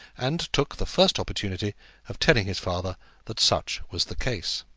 and took the first opportunity of telling his father that such was the case.